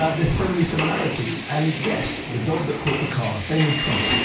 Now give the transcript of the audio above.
ah there's so many similarities. and yes, the dog that caught the car. same with trump,